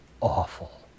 awful